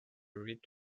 read